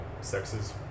sexes